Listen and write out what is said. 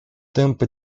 темпы